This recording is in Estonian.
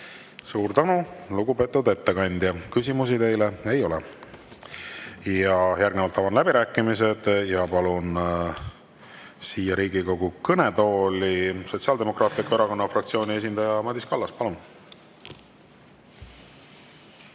Suur tänu, lugupeetud ettekandja! Küsimusi teile ei ole. Järgnevalt avan läbirääkimised ja palun siia Riigikogu kõnetooli Sotsiaaldemokraatliku Erakonna fraktsiooni esindaja Madis Kallase. Palun!